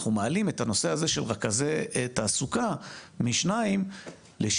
אנחנו מעלים את הנושא הזה של רכזי תעסוקה משניים לשישה",